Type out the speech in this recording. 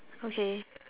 okay